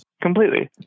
Completely